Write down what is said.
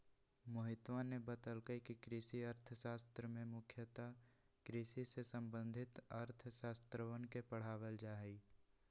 मोहितवा ने बतल कई कि कृषि अर्थशास्त्र में मुख्यतः कृषि से संबंधित अर्थशास्त्रवन के पढ़ावल जाहई